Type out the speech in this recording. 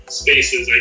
spaces